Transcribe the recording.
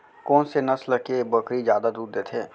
कोन से नस्ल के बकरी जादा दूध देथे